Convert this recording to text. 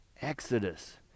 exodus